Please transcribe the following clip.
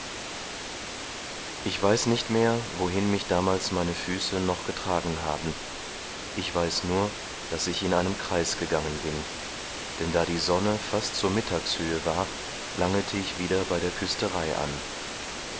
ich weiß nicht mehr wohin mich damals meine füße noch getragen haben ich weiß nur daß ich in einem kreis gegangen bin denn da die sonne fast zur mittagshöhe war langete ich wieder bei der küsterei an